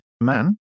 man